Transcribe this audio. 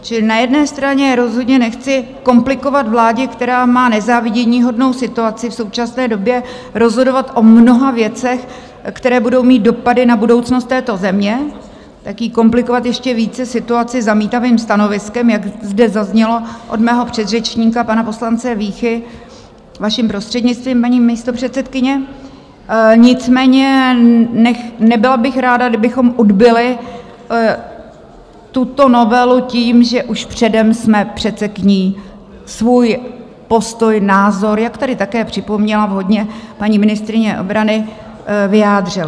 Čili na jedné straně rozhodně nechci komplikovat vládě, která má nezáviděníhodnou situaci v současné době rozhodovat o mnoha věcech, které budou mít dopady na budoucnost této země, tak jí komplikovat ještě více situaci zamítavým stanoviskem, jak zde zaznělo od mého předřečníka pana poslance Víchy, vaším prostřednictvím, paní místopředsedkyně, nicméně nebyla bych ráda, kdybychom odbyli tuto novelu tím, že už předem jsme přece k ní svůj postoj, názor, jak tady také připomněla vhodně paní ministryně obrany, vyjádřili.